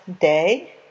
day